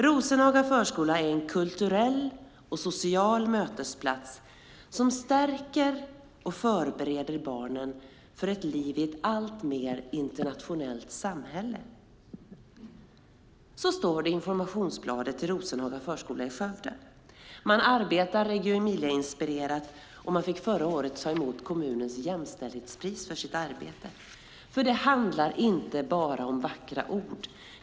Rosenhaga förskola är en kulturell och social mötesplats som stärker och förbereder barnen för ett liv i ett alltmer internationellt samhälle." Så står det i informationsbladet om Rosenhaga förskola i Skövde. Man arbetar Reggio Emilia-inspirerat, och man fick förra året ta emot kommunens jämställdhetspris för sitt arbete. Det handlar nämligen inte bara om vackra ord.